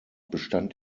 bestand